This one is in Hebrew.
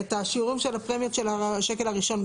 את השיעורים של הפרמיות של השקל הראשון,